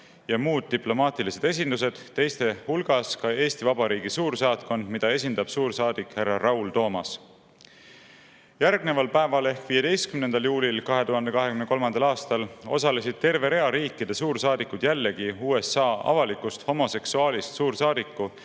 ja muud diplomaatilised esindused, teiste hulgas Eesti Vabariigi suursaatkond, mida esindab suursaadik härra Raul Toomas. Järgneval päeval ehk 15. juulil 2023. aastal osalesid terve rea riikide suursaadikud jällegi USA avalikust homoseksuaalist suursaadiku